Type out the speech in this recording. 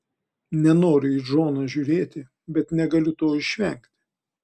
nenoriu į džoną žiūrėti bet negaliu to išvengti